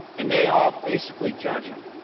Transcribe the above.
and they all basically judge on